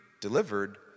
delivered